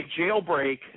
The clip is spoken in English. jailbreak